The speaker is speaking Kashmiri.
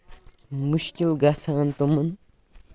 مُشکِل گژھان تِمَن